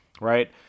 right